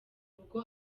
ubwo